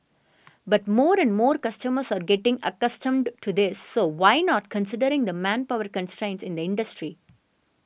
but more and more customers are getting accustomed to this so why not considering the manpower constraints in the industry